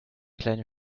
kleine